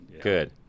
Good